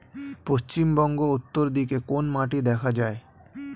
পশ্চিমবঙ্গ উত্তর দিকে কোন মাটি দেখা যায়?